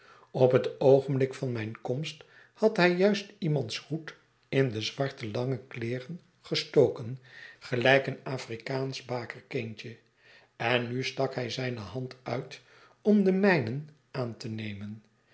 op het oogenblik van mijne komst had hi juist iemands hoed in de zwarte lange kleeren gestoken gelijk een afrikaansch bakerkindje en nu stak hij zijne hand uit om den mijnen aan te nemen